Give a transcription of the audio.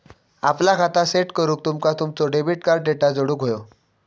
आपला खाता सेट करूक तुमका तुमचो डेबिट कार्ड डेटा जोडुक व्हयो